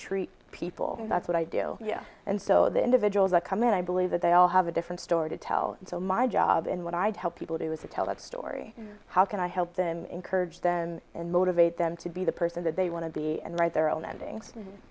treat people that's what i do and so the individuals that come in i believe that they all have a different story to tell until my job and what i tell people to do is to tell that story how can i help them encourage them and motivate them to be the person that they want to be and write their own endings